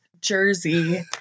jersey